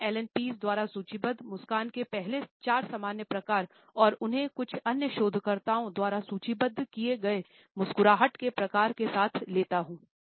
मैं Allan Pease द्वारा सूचीबद्ध मुस्कान के पहले 4 सामान्य प्रकार और उन्हें कुछ अन्य शोधकर्ताओं द्वारा सूचीबद्ध किए गए मुस्कुराहट के प्रकार को साथ लेता हूँ